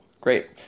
Great